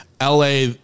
LA